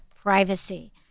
privacy